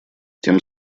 тем